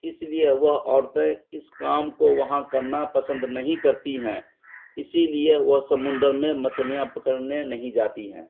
اس لیے وہ عورتیں اس کام کو وہاں کرنا پسند نہیں کرتی ہیں اسی لیے وہ سمندر میں مچھلیاں پکڑنے نہیں جاتی ہیں